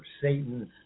Satan's